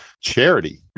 charity